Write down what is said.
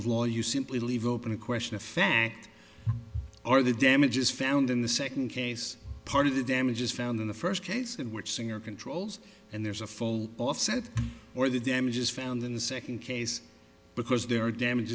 of law you simply leave open the question of fact or the damages found in the second case part of the damages found in the first case in which singer controls and there's a full offset or the damages found in the second case because there are damage